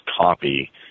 copy